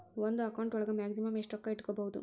ಒಂದು ಅಕೌಂಟ್ ಒಳಗ ಮ್ಯಾಕ್ಸಿಮಮ್ ಎಷ್ಟು ರೊಕ್ಕ ಇಟ್ಕೋಬಹುದು?